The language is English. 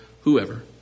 whoever